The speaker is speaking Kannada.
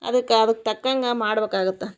ಅದಕ್ಕೆ ಅದಕ್ಕೆ ತಕ್ಕಂಗೆ ಮಾಡ್ಬಕಾಗತ್ತೆ